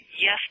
yes